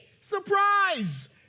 Surprise